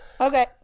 Okay